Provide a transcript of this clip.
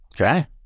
Okay